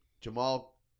Jamal